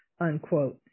unquote